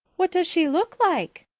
what does she look like?